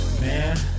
Man